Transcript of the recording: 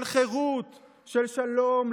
של שלום,